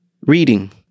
Reading